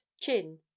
chin